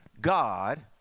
God